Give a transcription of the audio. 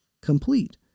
complete